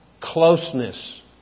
closeness